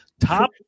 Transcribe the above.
top